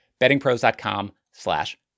bettingpros.com/slash